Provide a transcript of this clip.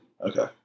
Okay